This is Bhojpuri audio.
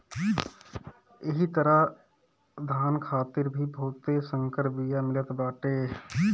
एही तरहे धान खातिर भी बहुते संकर बिया मिलत बाटे